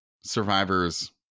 survivors